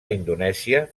indonèsia